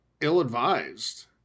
ill-advised